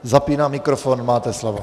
Zapínám mikrofon, máte slovo.